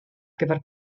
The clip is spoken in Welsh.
gyfer